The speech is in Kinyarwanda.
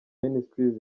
ministries